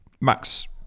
max